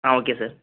ah okay sir